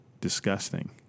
disgusting